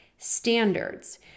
standards